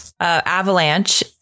Avalanche